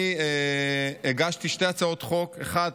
אני הגשתי שתי הצעות חוק: אחת,